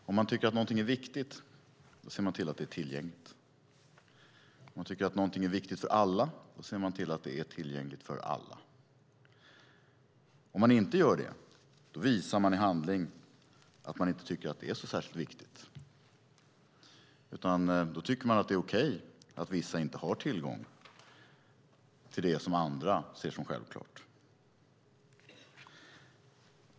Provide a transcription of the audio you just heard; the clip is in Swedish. Herr talman! Tycker man att något är viktigt ser man till att det är tillgängligt. Tycker man att något är viktigt för alla ser man till att det är tillgängligt för alla. Gör man inte det visar man i handling att man inte tycker att det är särskilt viktigt utan att det är okej att vissa inte har tillgång till det som andra ser som självklart.